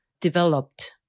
developed